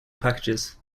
packages